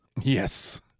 Yes